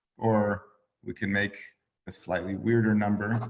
or we can make a slightly weirder number.